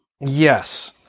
Yes